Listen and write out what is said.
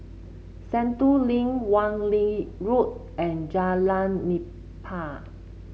Sentul Link Wan Lee Road and Jalan Nipah